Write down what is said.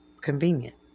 convenient